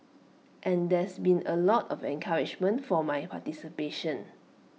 and there's been A lot of encouragement for my participation